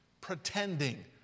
pretending